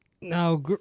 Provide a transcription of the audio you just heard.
Now